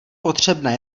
potřebné